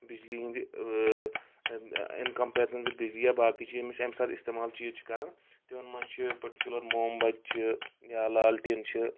بجلی ہٕنٛدۍ in comparison with بِجلی یا باقٕے چھِ یِم اَمہِ ساتہٕ اِستعمال چھِ یہِ چھِ کران تِمن منٛز چھِ پٔٹِکیوٗلَر مومبت چھِ یا لالٹیٖن چھِ